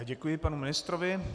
Děkuji panu ministrovi.